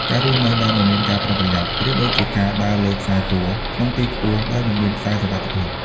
ការរស់នៅដោយមិនមានការប្រយ័ត្ន ប្រៀបដូចជាការដើរលើខ្សែពួរក្នុងទីខ្ពស់ដោយមិនមានខ្សែសុវត្ថិភាព។